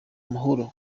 amahoro